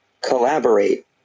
collaborate